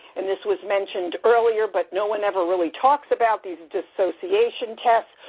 and this was mentioned earlier, but no one ever really talks about these and dissociation tests,